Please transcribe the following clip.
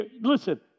listen